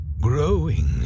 growing